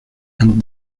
and